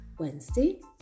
Wednesday